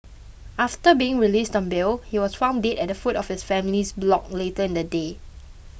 after being released on bail he was found dead at the foot of his family's block later in the day